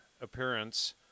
appearance